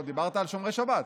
לא, דיברת על שומרי שבת.